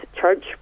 church